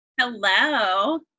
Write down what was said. Hello